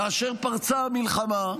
כאשר פרצה המלחמה,